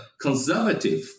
conservative